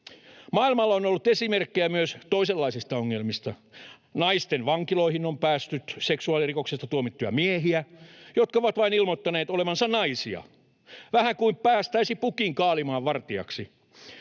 Maailmalla on ollut esimerkkejä myös toisenlaisista ongelmista. Naistenvankiloihin on päässyt seksuaalirikoksesta tuomittuja miehiä, jotka ovat vain ilmoittaneet olevansa naisia — vähän kuin päästäisi pukin kaalimaan vartijaksi.